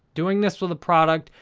doing this with a product,